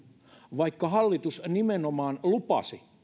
vaikka hallitus nimenomaan lupasi